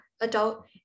adult